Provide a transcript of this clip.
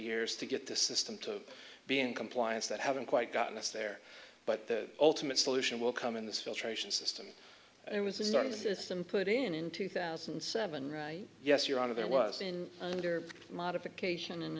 years to get the system to be in compliance that haven't quite gotten us there but the ultimate solution will come in this filtration system and it was the start of the system put in in two thousand and seven right yes you're out of there was in under modification